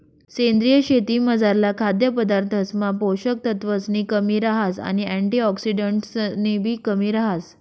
सेंद्रीय शेतीमझारला खाद्यपदार्थसमा पोषक तत्वसनी कमी रहास आणि अँटिऑक्सिडंट्सनीबी कमी रहास